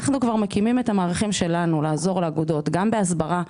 אנחנו כבר מקימים את המערכים שלנו לעזור לאגודות גם בהסברה,